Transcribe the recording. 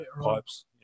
Pipes